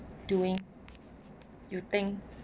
doing you think